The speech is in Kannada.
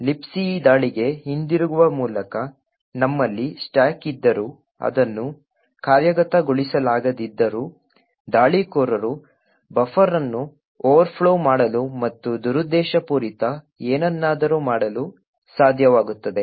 Libc ದಾಳಿಗೆ ಹಿಂತಿರುಗುವ ಮೂಲಕ ನಮ್ಮಲ್ಲಿ ಸ್ಟಾಕ್ ಇದ್ದರೂ ಅದನ್ನು ಕಾರ್ಯಗತಗೊಳಿಸಲಾಗದಿದ್ದರೂ ದಾಳಿಕೋರರು ಬಫರ್ ಅನ್ನು ಓವರ್ಫ್ಲೋ ಮಾಡಲು ಮತ್ತು ದುರುದ್ದೇಶಪೂರಿತ ಏನನ್ನಾದರೂ ಮಾಡಲು ಸಾಧ್ಯವಾಗುತ್ತದೆ